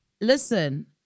Listen